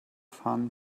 fun